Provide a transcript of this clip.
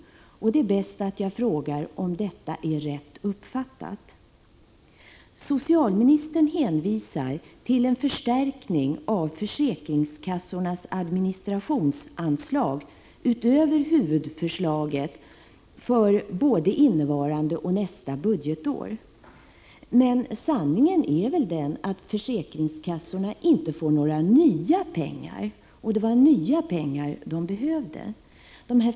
Det är bäst att jag frågar: Är detta rätt uppfattat? Socialministern hänvisar till en förstärkning av försäkringskassornas administrationsanslag utöver huvudförslaget för både innevarande och nästa budgetår. Men sanningen är väl den att försäkringskassorna inte får några nya pengar, och det var nya pengar de behövde.